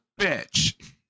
bitch